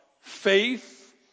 faith